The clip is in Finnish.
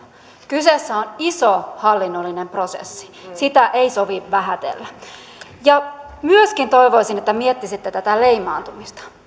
kyseessä on iso hallinnollinen prosessi sitä ei sovi vähätellä myöskin toivoisin että miettisitte tätä leimaantumista